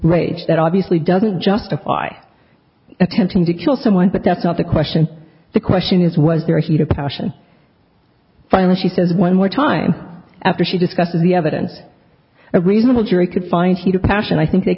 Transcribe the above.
rage that obviously doesn't justify attempting to kill someone but that's not the question the question is was there a heat of passion finally she says one more time after she discusses the evidence a reasonable jury could find her passion i think they